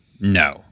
No